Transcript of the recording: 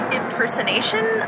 impersonation